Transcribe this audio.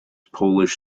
polish